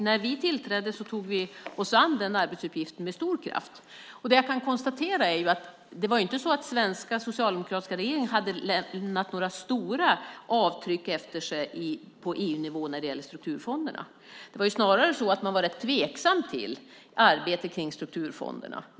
När vi tillträdde tog vi oss an den arbetsuppgiften med stor kraft. Det var inte så att den svenska socialdemokratiska regeringen hade lämnat några stora avtryck efter sig på EU-nivå när det gäller strukturfonderna. Snarare var man rätt tveksam till arbetet med strukturfonderna.